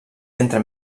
entre